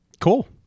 Cool